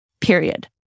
Period